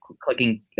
clicking